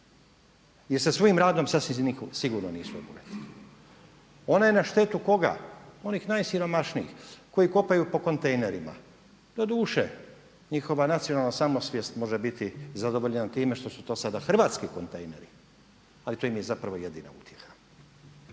I sa svojim radom sasvim se sigurno nisu obogatili. Ona je na štetu koga? Onih najsiromašnijih koji kopaju po kontejnerima. Doduše, njihova nacionalna samosvijest može biti zadovoljena time što su to sada hrvatski kontejneri ali to im je zapravo jedina utjeha.